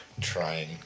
trying